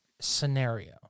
scenario